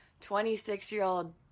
26-year-old